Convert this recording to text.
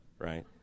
right